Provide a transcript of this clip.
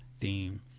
theme